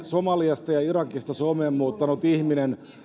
somaliasta ja irakista suomeen muuttanut ihminen